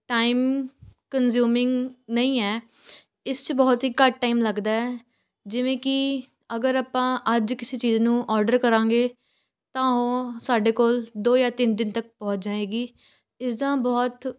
time consuming ਨਹੀਂ ਹੈ ਇਸ 'ਚ ਬਹੁਤ ਹੀ ਘੱਟ ਟਾਈਮ ਲੱਗਦਾ ਹੈ ਜਿਵੇਂ ਕਿ ਅਗਰ ਆਪਾਂ ਅੱਜ ਕਿਸੇ ਚੀਜ਼ ਨੂੰ ਔਡਰ ਕਰਾਂਗੇ ਤਾਂ ਉਹ ਸਾਡੇ ਕੋਲ ਦੋ ਜਾਂ ਤਿੰਨ ਦਿਨ ਤੱਕ ਪਹੁੰਚ ਜਾਏਗੀ ਇਸਦਾ ਬਹੁਤ